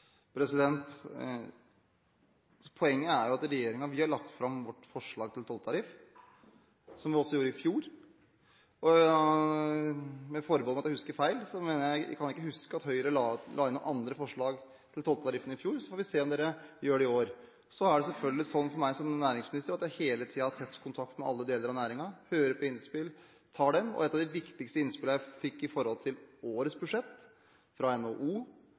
Poenget er at vi i regjeringen har lagt fram vårt forslag til tolltariff, som vi også gjorde i fjor. Med forbehold om at jeg husker feil, kan jeg ikke huske at Høyre la inn noen andre forslag til tolltariffen i fjor, så får vi se om dere gjør det i år. Det er selvfølgelig slik at jeg som landbruksminister hele tiden har tett kontakt med alle deler av næringen, hører på innspill og tar dem. Et av de viktigste innspillene jeg fikk fra NHO, LO, Bondelaget og Småbrukarlaget når det gjelder årets budsjett,